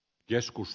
joskus